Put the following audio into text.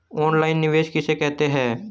Online निवेश किसे कहते हैं?